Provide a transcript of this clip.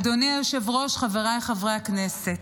אדוני היושב-ראש, חבריי חברי הכנסת,